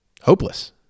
hopeless